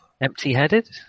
Empty-headed